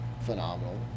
phenomenal